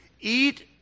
eat